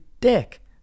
dick